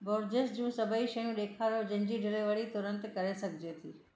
Borges जूं सभई शयूं ॾेखारियो जिनि जी डिलीवरी तुरंत करे सघिजे थी